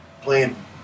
playing